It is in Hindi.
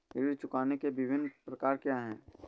ऋण चुकाने के विभिन्न प्रकार क्या हैं?